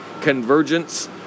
convergence